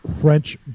French